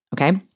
okay